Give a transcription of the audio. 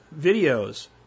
videos